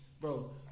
bro